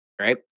right